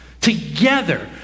Together